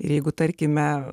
ir jeigu tarkime